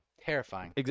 Terrifying